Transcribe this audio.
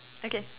okay